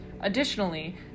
Additionally